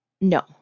No